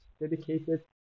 dedicated